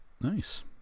Nice